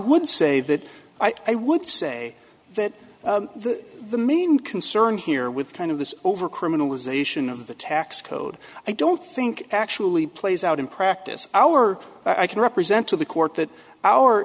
would say that i would say that the main concern here with kind of the over criminalization of the tax code i don't think actually plays out in practice our i can represent to the court that our